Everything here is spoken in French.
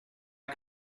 que